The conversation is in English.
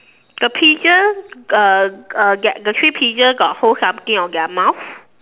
the pigeon uh uh get the three pigeon got hold something in their mouth